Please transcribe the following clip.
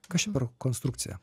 kas čia per konstrukcija